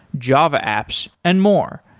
java apps and more.